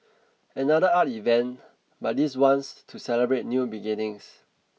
another art event but this one's to celebrate new beginnings